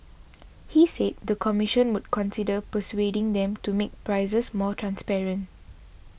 he said the commission would consider persuading them to make prices more transparent